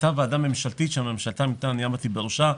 הייתה ועדה ממשלתית שהממשלה מינתה ועמדתי בראשה,